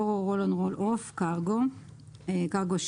RO RO, Roll of, Cargo Ship,